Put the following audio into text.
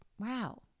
Wow